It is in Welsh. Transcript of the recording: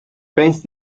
beth